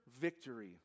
victory